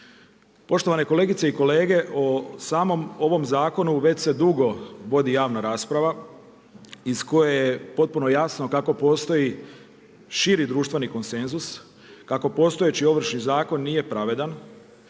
Poštovane kolegice i kolege, o samom ovom zakonu već se dugo vodi javna rasprava iz koje je potpuno jasno kako postoji širi društveni konsenzus, kako postojeći Ovršni zakon nije pravedan